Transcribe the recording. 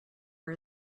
are